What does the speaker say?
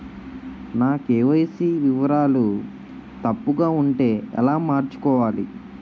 నా కే.వై.సీ వివరాలు తప్పుగా ఉంటే ఎలా మార్చుకోవాలి?